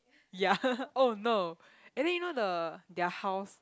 ya oh no and then you know the their house